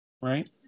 right